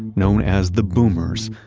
known as the boomers,